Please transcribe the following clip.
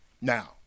Now